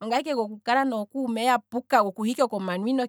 Ongaye ike goku kala nookume yapuka, goku ha ike komanwino,